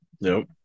Nope